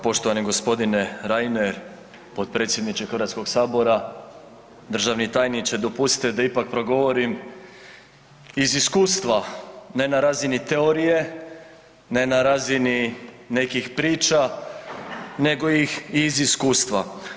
Poštovani gospodine Reiner, potpredsjedniče Hrvatskog sabora, državni tajniče dopustite da ipak progovorim iz iskustva ne na razini teorije, ne na razini nekih priča nego iz iskustva.